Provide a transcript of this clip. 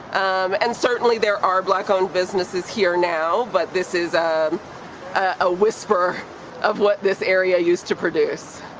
um and certainly, there are black-owned businesses here now. but this is a ah whisper of what this area used to produce.